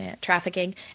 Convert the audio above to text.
Trafficking